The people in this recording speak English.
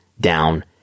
down